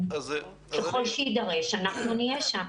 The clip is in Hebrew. ככל שיידרש אנחנו נהיה שם.